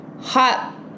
hot